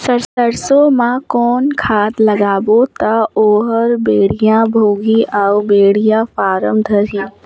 सरसो मा कौन खाद लगाबो ता ओहार बेडिया भोगही अउ बेडिया फारम धारही?